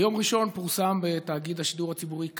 ביום ראשון פורסם בתאגיד השידור הציבורי "כאן"